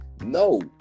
no